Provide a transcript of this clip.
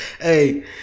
Hey